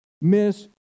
miss